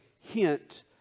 hint